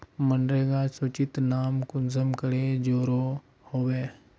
मनरेगा सूचित नाम कुंसम करे चढ़ो होबे?